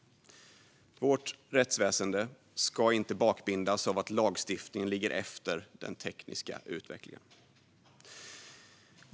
Vårt rättsväsen ska inte bakbindas av att lagstiftningen ligger efter den tekniska utvecklingen.